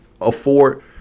afford